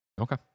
Okay